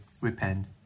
repent